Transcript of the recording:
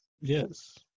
Yes